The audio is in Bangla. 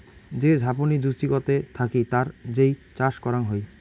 যে ঝাপনি জুচিকতে থাকি তার যেই চাষ করাং হই